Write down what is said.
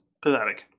Pathetic